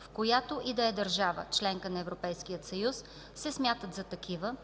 в която и да е държава – членка на Европейския съюз, се смятат за такива